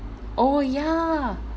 oh ya